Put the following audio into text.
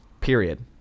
period